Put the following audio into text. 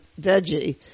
veggie